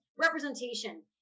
representation